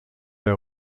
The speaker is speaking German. der